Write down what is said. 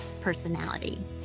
personality